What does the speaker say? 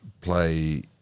play